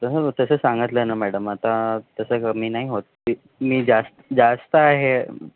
तसं हो तसंच सांगितलं ना मॅडम आता तसं कमी नाही होत ती मी जास्त जास्त आहे